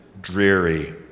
dreary